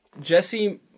Jesse